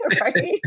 right